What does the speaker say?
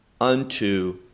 unto